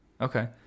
Okay